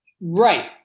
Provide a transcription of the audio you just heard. Right